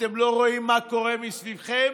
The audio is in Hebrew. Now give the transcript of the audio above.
אתם לא רואים מה קורה מסביבכם?